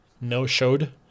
no-showed